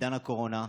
בעידן הקורונה,